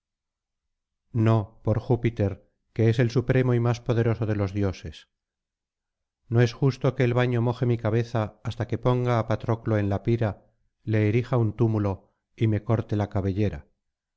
no por júpiter que es el supremo y más poderoso de los dioses no es justo qne el baño moje mi cabeza hasta que ponga á patroclo en la pira le erija un túmulo y me corte la cabellera